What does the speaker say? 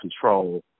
control